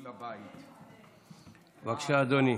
בבקשה, אדוני.